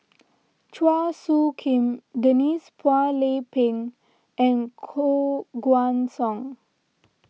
Chua Soo Khim Denise Phua Lay Peng and Koh Guan Song